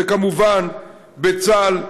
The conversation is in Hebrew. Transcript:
וכמובן בצה"ל,